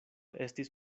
estis